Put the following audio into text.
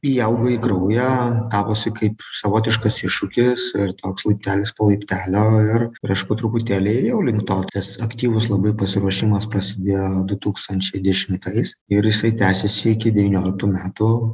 įaugo į kraują gavosi kaip savotiškas iššūkis ir toks laiptelis po laiptelio ir ir aš po truputėlį ėjau link to tas aktyvus labai pasiruošimas prasidėjo du tūkstančiai dešimtais ir jisai tęsėsi iki devynioliktų metų